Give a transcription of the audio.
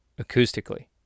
acoustically